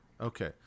Okay